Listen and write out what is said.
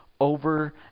over